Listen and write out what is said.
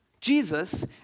Jesus